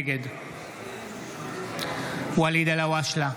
נגד ואליד אלהואשלה,